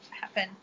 happen